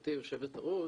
גברתי יושבת הראש,